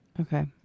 Okay